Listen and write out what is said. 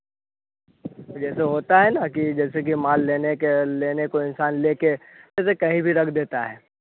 जैसा होता है ना कि जैसे कि माल लेने के लेने को इंसान लेकर जैसे कहीं भी रख देता है